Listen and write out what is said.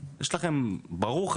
יש את הדבר שנקרא מודיעין, למשטרה.